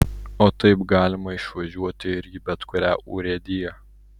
o taip galima išvažiuoti ir į bet kurią urėdiją